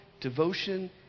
devotion